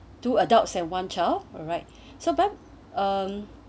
two adults and one child alright so that um